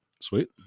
Sweet